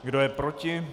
Kdo je proti?